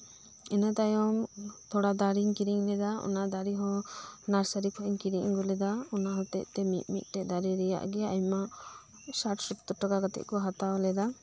ᱤᱱᱟᱹ ᱛᱟᱭᱚᱢ ᱛᱚᱲᱟ ᱫᱟᱨᱮᱹᱧ ᱠᱤᱨᱤᱧ ᱞᱮᱫᱟ ᱚᱱᱟ ᱫᱟᱨᱮ ᱦᱚᱸ ᱱᱟᱨᱥᱟᱨᱤ ᱠᱷᱚᱱ ᱤᱧ ᱠᱤᱨᱤᱧ ᱟᱹᱜᱩ ᱞᱮᱫᱟ ᱚᱱᱟ ᱦᱚᱛᱮᱡ ᱛᱮ ᱢᱤᱫᱼᱢᱤᱫ ᱫᱟᱨᱮ ᱨᱮᱱᱟᱜ ᱜᱮ ᱟᱭᱢᱟ ᱥᱟᱴ ᱥᱳᱛᱛᱳᱨ ᱴᱟᱠᱟ ᱠᱟᱛᱮ ᱠᱚ ᱦᱟᱛᱟᱣ ᱞᱮᱫᱟ